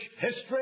history